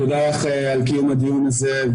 תודה לך על קיום הדיון הזה,